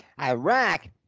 Iraq